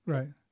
Right